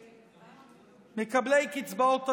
מקבלי קצבאות הנכות.